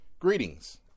Greetings